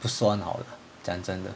不是说很好讲真的